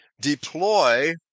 deploy